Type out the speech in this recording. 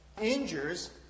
injures